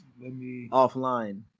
offline